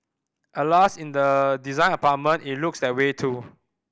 Alas in the design apartment it looks that way too